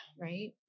right